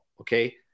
okay